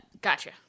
gotcha